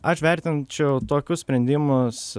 aš vertinčiau tokius sprendimus